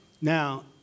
now